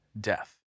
death